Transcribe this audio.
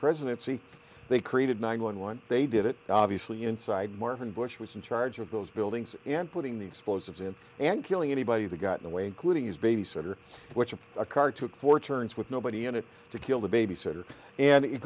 presidency they created nine one one they did it obviously inside marvin bush was in charge of those buildings and putting the explosives in and killing anybody that gotten away including his babysitter which is a car took four turns with nobody in it to kill the babysitter and it